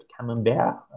camembert